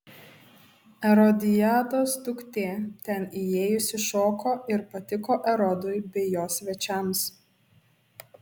erodiados duktė ten įėjusi šoko ir patiko erodui bei jo svečiams